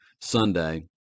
Sunday